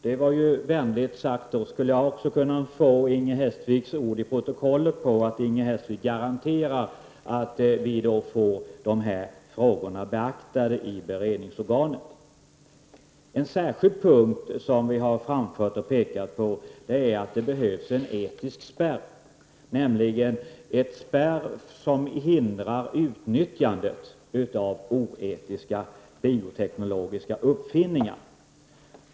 Det var vänligt sagt. Kan jag också få Inger Hestviks ord i protokollet på att vi får de här frågorna beaktade i beredningsorganet? Något som vi särskilt har framfört och pekat på är att det behövs en etisk spärr, en spärr som hindrar utnyttjandet av oetiska bioteknologiska uppfinningar.